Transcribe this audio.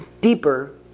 deeper